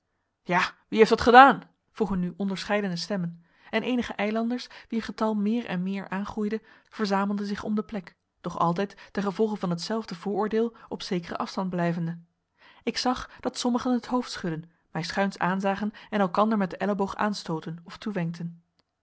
ja wie heeft dat gedaan vroegen nu onderscheidene stemmen en eenige eilanders wier getal meer en meer aangroeide verzamelden zich om de plek doch altijd ten gevolge van hetzelfde vooroordeel op zekeren afstand blijvende ik zag dat sommigen het hoofd schudden mij schuins aanzagen en elkander met den elleboog aanstootten of